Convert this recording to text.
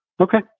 Okay